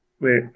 Wait